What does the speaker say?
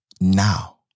now